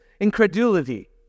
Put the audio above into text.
incredulity